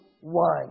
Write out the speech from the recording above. one